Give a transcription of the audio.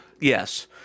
Yes